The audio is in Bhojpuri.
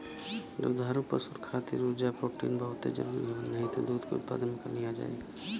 दुधारू पशु खातिर उर्जा, प्रोटीन बहुते जरुरी हवे नाही त दूध के उत्पादन में कमी आ जाई